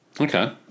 Okay